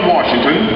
Washington